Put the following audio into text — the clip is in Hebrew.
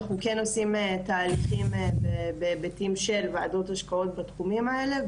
אנחנו כן עושים תהליכים בהיבטים של ועדות השקעות בתחומים האלה,